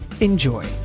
Enjoy